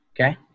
Okay